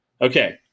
Okay